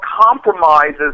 compromises